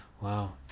Wow